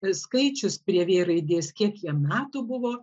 skaičius prie v raidės kiek jam metų buvo